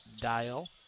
dial